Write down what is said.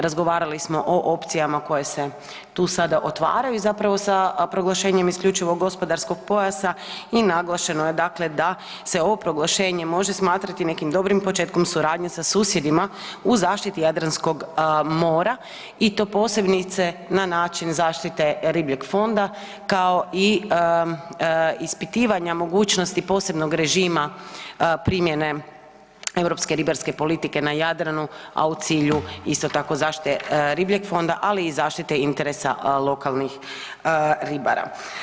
Razgovarali smo o opcijama koje se tu sada otvaraju i sa proglašenjem IGP-a i naglašeno je da se ovo proglašenje može smatrati nekim dobrim početkom suradnje sa susjedima u zaštiti Jadranskog mora i to posebice na način zaštite ribljeg fonda kao i ispitivanja mogućnosti posebnog režima primjene europske ribarske politike na Jadranu, a u cilju isto tako zaštite ribljeg fonda, ali i zaštite interesa lokalnih ribara.